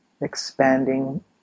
Expanding